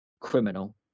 criminal